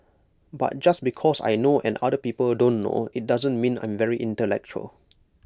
but just because I know and other people don't know IT doesn't mean I'm very intellectual